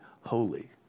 holy